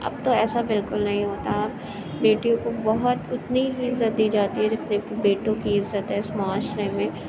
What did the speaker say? اب تو ایسا بالکل نہیں ہوتا بیٹیوں کو بہت اتنی ہی عزت دی جاتی ہے جتنی کہ بیٹوں کی عزت ہے اس معاشرے میں